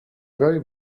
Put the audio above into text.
very